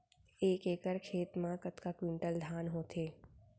एक एकड़ खेत मा कतका क्विंटल धान होथे?